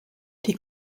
die